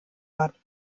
hat